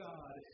God